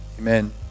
Amen